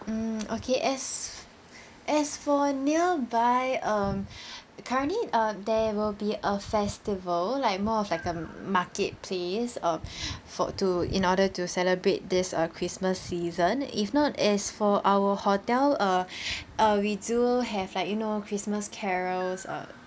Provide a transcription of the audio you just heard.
mm okay as as for nearby um currently uh there will be a festival like more of like a marketplace uh for to in order to celebrate this uh christmas season if not as for our hotel uh uh we do have like you know christmas carols uh